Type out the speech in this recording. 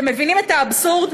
אתם מבינים את האבסורד?